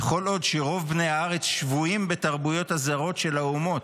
וכל עוד שרוב בני הארץ שבויים בתרבויות הזרות של האומות,